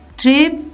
trip